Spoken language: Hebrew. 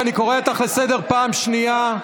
לשבת במקומך.